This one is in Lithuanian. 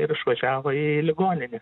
ir išvažiavo į ligoninę